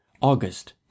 August